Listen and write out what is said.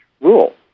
rule